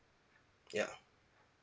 ya